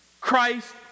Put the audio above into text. Christ